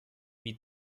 wie